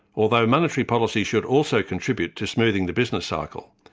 although monetary policy should also contribute to smoothing the business cycle,